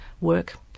work